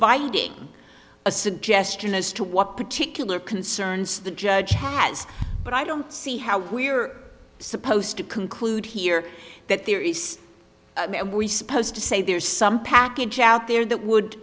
ting a suggestion as to what particular concerns the judge has but i don't see how we're supposed to conclude here that there is we supposed to say there's some package out there that would